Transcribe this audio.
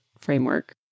framework